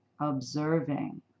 observing